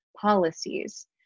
policies